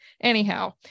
anyhow